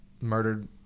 murdered